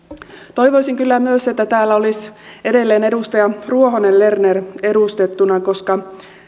toivoisin kyllä myös että täällä olisi edelleen edustaja ruohonen lerner edustettuna koska